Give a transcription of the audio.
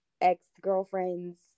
ex-girlfriend's